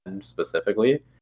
specifically